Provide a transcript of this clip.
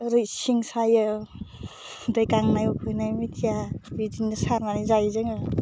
ओरै सिं सायो दै गांनायाव उखैनाय मिथिया बिदिनो सारनानै जायो जोङो